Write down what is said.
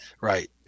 Right